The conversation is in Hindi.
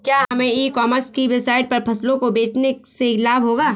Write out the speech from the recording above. क्या हमें ई कॉमर्स की वेबसाइट पर फसलों को बेचने से लाभ होगा?